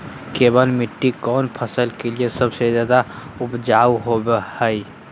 केबाल मिट्टी कौन फसल के लिए सबसे ज्यादा उपजाऊ होबो हय?